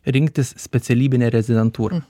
rinktis specialybinę rezidentūrą